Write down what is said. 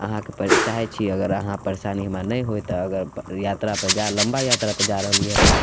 अहाँके पड़ै चाहै छी अगर अहाँ परेशानी हमरा नहि होइ तऽ अगर यात्रापर जाइ लम्बा यात्रापर जा रहलिए